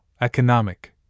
economic